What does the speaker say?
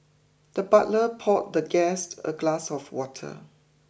the butler poured the guest a glass of water